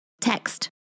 text